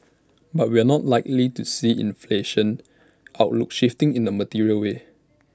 but we're not likely to see inflation outlook shifting in A material way